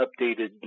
updated